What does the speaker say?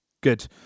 good